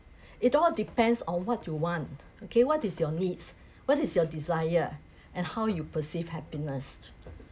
it all depends on what you want okay what is your needs what is your desire and how you perceive happiness